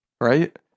Right